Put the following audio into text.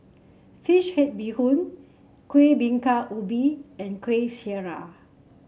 fish head Bee Hoon Kueh Bingka Ubi and Kueh Syara